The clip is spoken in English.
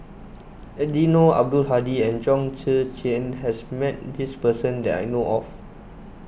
Eddino Abdul Hadi and Chong Tze Chien has met this person that I know of